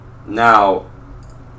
Now